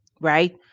right